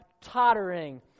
tottering